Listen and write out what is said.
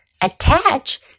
Attach